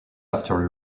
after